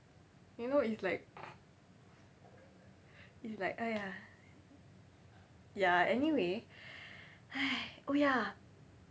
you know it's like it's like !aiya! ya anyway oh ya